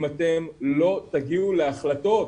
אם אתם לא תגיעו להחלטות.